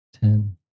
ten